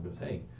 hey